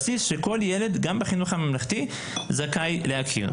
בסיס שכל ילד, גם בחינוך הממלכתי, זכאי להכיר.